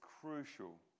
crucial